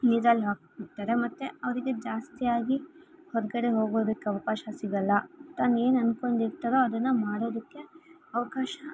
ನೀರಲ್ಲಿ ಹಾಕಿ ಬಿಡ್ತಾರೆ ಮತ್ತು ಅವರಿಗೆ ಜಾಸ್ತಿಯಾಗಿ ಹೊರಗಡೆ ಹೋಗೋದುಕ್ಕೆ ಅವಕಾಶ ಸಿಗೋಲ್ಲ ತಾನು ಏನು ಅನ್ಕೊಂಡಿರ್ತಾರೋ ಅದನ್ನ ಮಾಡೋದಕ್ಕೆ ಅವಕಾಶ